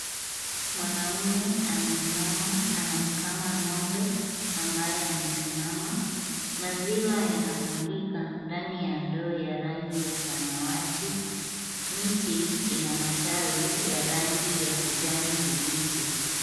Mwanaume ameinama, anamkama ngombe ambaye amesimama , maziwa yanamwagika ndani ya ndoo ya rangi ya samawati ,miti ina matawi ya rangi ya kijani kibichi.